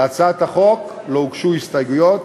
להצעת החוק לא הוגשו הסתייגויות,